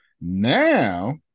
Now